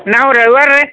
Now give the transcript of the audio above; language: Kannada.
ನಾವು ರೈವರ್ ರೀ